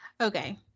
Okay